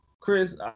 Chris